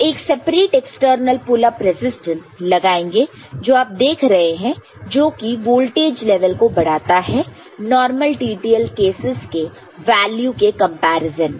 तो एक separate external pull up resistance लगाएंगे जो आप देख रहे हैं जो कि वोल्टेज लेवल को बढ़ाता है नॉर्मल TTL केसस के वैल्यू के कंपैरिजन में